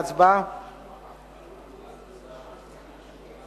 ההצעה להעביר את הצעת חוק כרטיסי חיוב (תיקון,